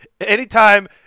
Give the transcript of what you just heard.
anytime